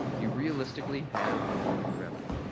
you realistically have no remedy.